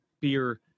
beer